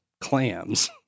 clams